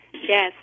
Yes